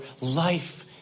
life